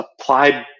applied